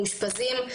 מאושפזים,